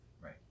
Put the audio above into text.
right